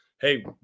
hey